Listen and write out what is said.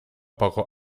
poco